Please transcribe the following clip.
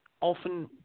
often